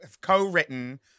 co-written